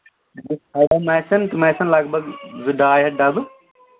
تِم آسَن لگ بگ زٕ ڈاے ہَتھ ڈَبہٕ